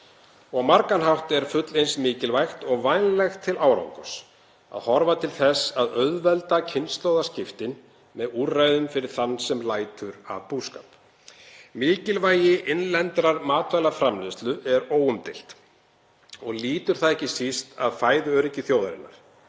Á margan hátt er fullt eins mikilvægt og vænlegt til árangurs að horfa til þess að auðvelda kynslóðaskiptin með úrræðum fyrir þann sem lætur af búskap. Mikilvægi innlendrar matvælaframleiðslu er óumdeilt. Lýtur það ekki síst að fæðuöryggi þjóðarinnar.